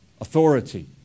authority